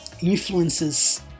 influences